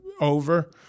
over